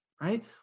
right